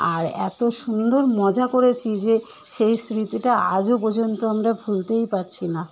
আর এতো সুন্দর মজা করেছি যে সেই স্মৃতিটা আজও পর্যন্ত আমরা ভুলতেই পারছি না